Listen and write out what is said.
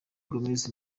gomes